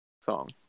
song